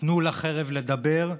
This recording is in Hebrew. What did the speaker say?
"תנו לחרב לדבר,